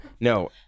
no